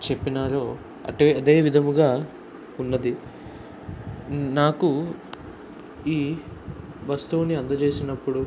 చెప్పినారో అదే విధముగా ఉన్నది నాకు ఈ వస్తువుని అందజేసినప్పుడు